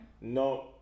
No